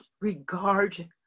regard